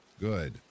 Good